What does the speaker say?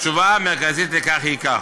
התשובה המרכזית לכך היא כך: